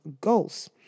goals